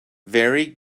vary